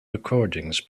recordings